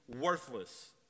worthless